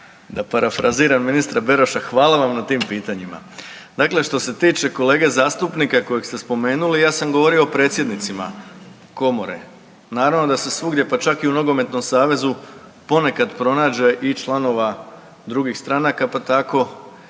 Da parafraziram ministra Beroša, hvala vam na tim pitanjima. Dakle, što se tiče kolege zastupnika kojeg ste spomenuli ja sam govorio o predsjednicima Komore. Naravno da se svugdje pa čak i u nogometnom savezu ponekad pronađe i članova drugih stranaka, pa tako